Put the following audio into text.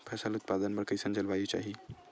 फसल उत्पादन बर कैसन जलवायु चाही?